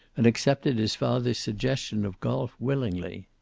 and accepted his father's suggestion of golf willingly.